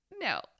No